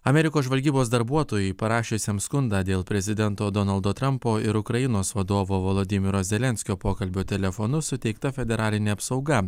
amerikos žvalgybos darbuotojui parašiusiam skundą dėl prezidento donaldo trampo ir ukrainos vadovo volodymyro zelenskio pokalbio telefonu suteikta federalinė apsauga